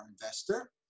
Investor